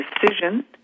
decision